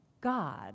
God